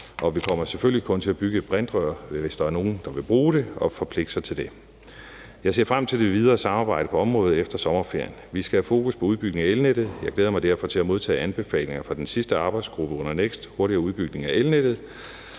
og vi kommer selvfølgelig kun til at bygge et brintrør, hvis der er nogle, der vil bruge det og forpligte sig til det. Jeg ser frem til det videre samarbejde på området efter sommerferien. Vi skal have fokus på udbygningen af elnettet. Jeg glæder mig derfor til at modtage anbefalinger fra den sidste arbejdsgruppe under NEKST, nemlig den, der hedder